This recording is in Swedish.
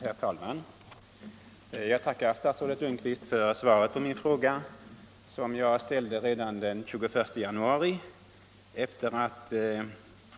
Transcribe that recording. Herr talman! Jag tackar statsrådet Lundkvist för svaret på min fråga som jag ställde redan den 21 januari, efter att